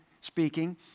speaking